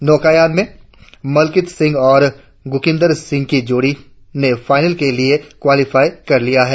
नौकायन में मलकीत सिंह और ग्रकिन्दर सिंह की जोड़ी ने फाइनल के लिए क्वालीफाई कर लिया है